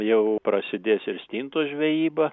jau prasidės ir stintų žvejyba